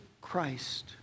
Christ